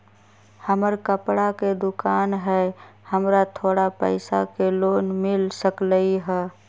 हमर कपड़ा के दुकान है हमरा थोड़ा पैसा के लोन मिल सकलई ह?